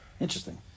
Interesting